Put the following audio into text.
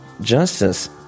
justice